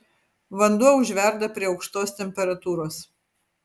vanduo užverda prie aukštos temperatūros